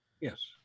Yes